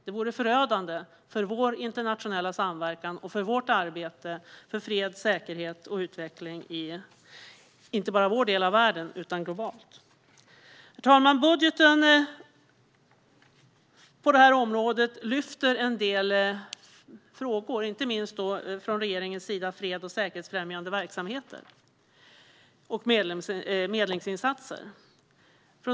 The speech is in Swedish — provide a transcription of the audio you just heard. Det vore förödande för vår internationella samverkan och för vårt arbete för fred, säkerhet och utveckling inte bara i vår del av världen utan globalt. Herr talman! I budgeten på det här området lyfter regeringen upp en del frågor, inte minst freds och säkerhetsfrämjande verksamheter och medlingsinsatser.